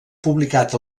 publicat